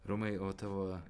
romai o tavo